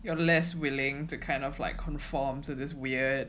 you are less willing to kind of like conform to this weird